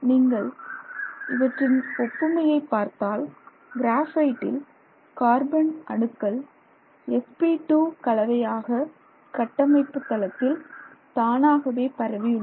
நீங்கள் இவற்றின் ஒப்புமையை பார்த்தால் கிராபைட்டில் கார்பன் அணுக்கள் sp2 கலவையாக கட்டமைப்புத் தளத்தில் தானாகவே பரவியுள்ளன